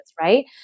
right